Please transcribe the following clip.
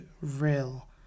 real